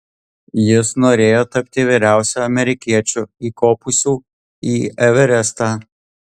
jis norėjo tapti vyriausiu amerikiečiu įkopusių į everestą